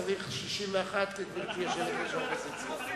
צריך 61, גברתי יושבת-ראש האופוזיציה.